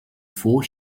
four